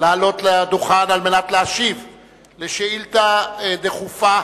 לעלות לדוכן על מנת להשיב על שאילתא דחופה